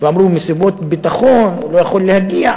ואמרו: מסיבות ביטחון הוא לא יכול להגיע,